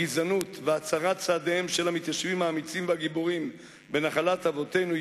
הגזענות והצרת צעדיהם של המתיישבים האמיצים והגיבורים בנחלת אבותינו,